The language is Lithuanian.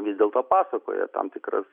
vis dėlto pasakoja tam tikras